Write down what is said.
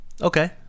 Okay